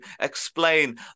explain